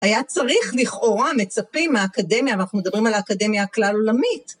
היה צריך לכאורה מצפים מהאקדמיה, ואנחנו מדברים על האקדמיה הכלל עולמית.